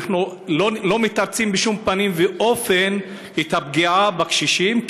אנחנו לא מתרצים בשום פנים ואופן את הפגיעה בקשישים,